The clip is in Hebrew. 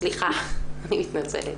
סליחה, אני מתנצלת.